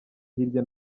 hirya